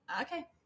okay